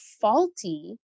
faulty